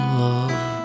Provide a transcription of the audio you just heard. love